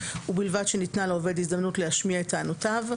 ובלבד שניתנה לעובד הזדמנות להשמיע את טענותיו,